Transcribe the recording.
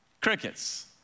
Crickets